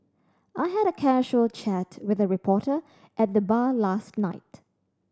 I had a casual chat with a reporter at the bar last night